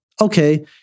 Okay